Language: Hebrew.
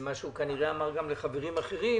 ומה שהוא כנראה אמר גם לחברים אחרים,